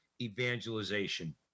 evangelization